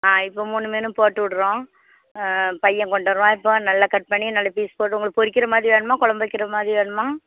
ஆ இப்போ மூணு மீனும் போட்டு விடுறோம் ஆ பையன் கொண்டு வருவான் இப்போது நல்ல கட் பண்ணி நல்ல பீஸ் போட்டு உங்களுக்கு பொரிக்கிற மாதிரி வேணுமா கொழம்பு வைக்கிற மாதிரி வேணுமா